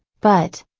but,